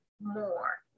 more